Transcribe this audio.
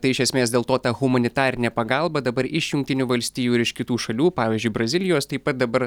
tai iš esmės dėl to ta humanitarinė pagalba dabar iš jungtinių valstijų ir iš kitų šalių pavyzdžiui brazilijos taip pat dabar